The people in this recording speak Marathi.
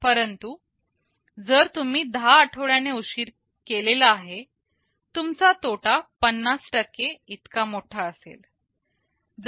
परंतु जर तुम्ही 10 आठवड्यांनी उशीर केलेला आहे तुमचा तोटा 50 इतका मोठा असेल